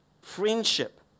Friendship